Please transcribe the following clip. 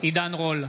עידן רול,